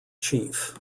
chief